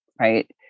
right